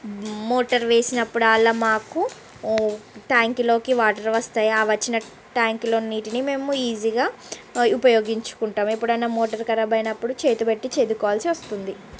motor వేసినప్పుడల్లా మాకు ట్యాంక్లోకి వాటర్ వస్తాయి ఆ వచ్చిన ట్యాంక్లో నీటిని మేము ఈజీగా ఉపయోగించుకుంటాం ఎప్పుడైనా మోటర్ కరాబ్ అయినప్పుడు చేతి పెట్టి చేదు కోవల్సి వస్తుంది